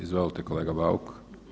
Izvolite kolega Bauk.